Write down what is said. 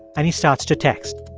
and he starts to text